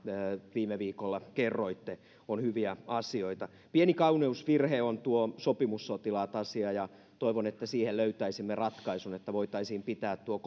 viime viikolla kerroitte ovat hyviä asioita pieni kauneusvirhe on tuo sopimussotilaat asia ja toivon että siihen löytäisimme ratkaisun että voitaisiin pitää tuo